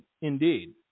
Indeed